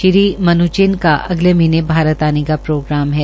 Shri Mnuchin का अगले महीने भारत आने का प्रोग्राम है